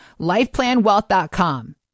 LifePlanWealth.com